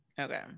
Okay